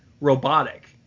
robotic